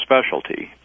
specialty